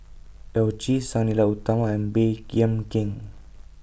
Yao Zi Sang Nila Utama and Baey Yam Keng